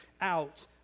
out